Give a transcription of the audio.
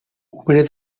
obrer